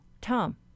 Tom